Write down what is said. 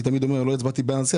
לא הצבעתי בעד הנשיא,